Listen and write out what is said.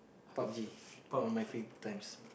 Pub-G on my free times